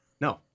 No